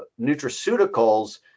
nutraceuticals